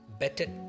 better